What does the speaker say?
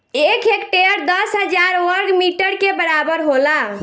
एक हेक्टेयर दस हजार वर्ग मीटर के बराबर होला